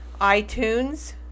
iTunes